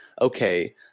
okay